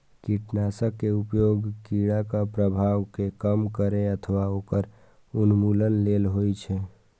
कीटनाशक के उपयोग कीड़ाक प्रभाव कें कम करै अथवा ओकर उन्मूलन लेल होइ छै